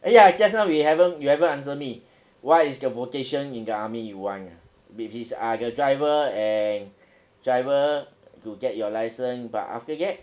!aiya! just now you haven't you haven't answer me what is the vocation in the army you want which is uh the driver and driver to get your license but after that